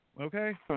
Okay